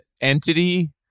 entity